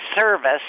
service